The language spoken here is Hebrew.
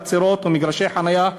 חצרות ומגרשי חניה,